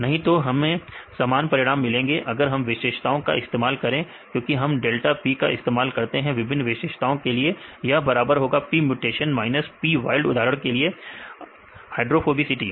नहीं तो हमें समान परिणाम मिलेंगे अगर आप विशेषताओं का इस्तेमाल करें क्योंकि हम डेल्टा P का इस्तेमाल करते हैं विभिन्न विशेषताओं के लिए यह बराबर होगा P mutation minus P wild उदाहरण के लिए हाइड्रोफोबिसिटी